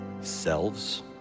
selves